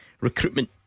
recruitment